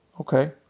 Okay